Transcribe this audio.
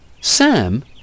Sam